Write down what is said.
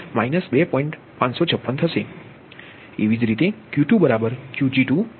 એવી જ રીતે Q2Qg2 QL2 0